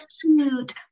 cute